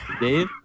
Dave